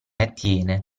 attiene